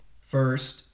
First